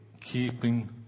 keeping